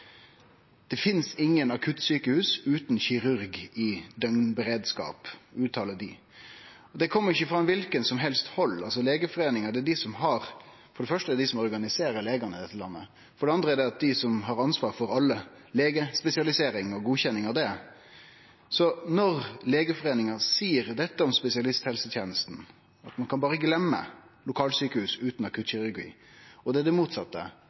kirurg i døgnberedskap, uttalar dei. Det kjem ikkje frå kven som helst. Det er for det første Legeforeininga som organiserer legane i dette landet. For det andre er det dei som har ansvaret for all legespesialisering og godkjenning av det. Så når Legeforeininga seier dette om spesialisthelsetenesta, at ein berre kan gløyme lokalsjukehus utan akuttkirurgi, og det motsette er planen til regjeringa: Kva tenkjer helseministeren om det?